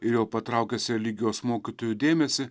ir jau patraukęs religijos mokytojų dėmesį